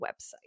website